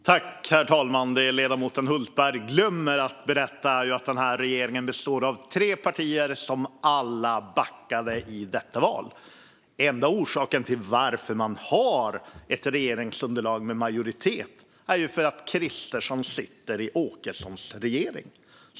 Herr talman! Det som ledamoten Hultberg glömmer att berätta är att regeringen består av tre partier som alla backade i valet. Den enda orsaken till att man har ett regeringsunderlag med majoritet är att Kristersson sitter i Jimmie Åkessons regering.